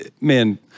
man